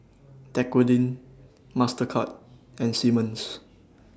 Dequadin Mastercard and Simmons